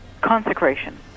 consecration